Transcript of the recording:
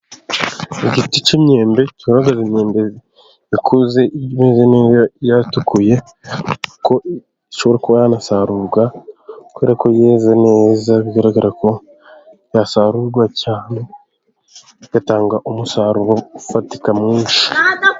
Igiti cy'imyembe keze imyembe ikuze neza yatukuye, kuko ishobora kuba yanasarurwa, kubera ko yeze neza, bigaragara ko yasarurwa cyane igatanga umusaruro ufatika mwinshi.